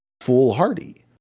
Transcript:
foolhardy